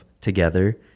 together